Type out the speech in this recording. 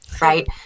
Right